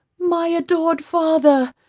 my adored father.